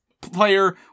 player